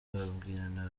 babwirana